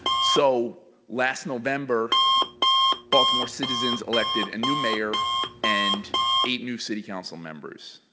so last november baltimore citizens elected a new mayor and eight new city council members.